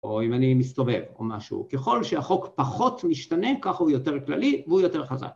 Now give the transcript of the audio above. או אם אני מסתובב או משהו, ככל שהחוק פחות משתנה, כך הוא יותר כללי והוא יותר חזק